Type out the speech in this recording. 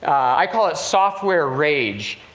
i call it software rage.